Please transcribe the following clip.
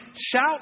Shout